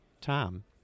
Tom